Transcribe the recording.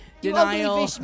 Denial